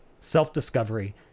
self-discovery